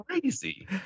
Crazy